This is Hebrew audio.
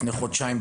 לפני חודשיים,